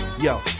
yo